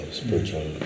spiritual